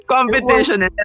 Competition